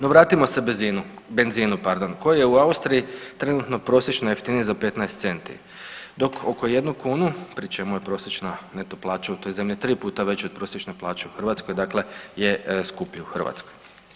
No vratimo se bezinu, benzinu pardon koji je u Austriji trenutno prosječno jeftiniji za 15 centi dok oko jednu kunu pri čemu je prosječna neto plaća u toj zemlji tri puta veća od prosječne plaće u Hrvatskoj, dakle je skuplji u Hrvatskoj.